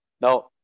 Now